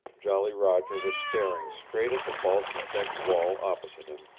jolly roger was staring straight at the balsam-decked wall opposite him,